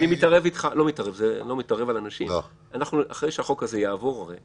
אחרי שהחוק הזה יעבור אנחנו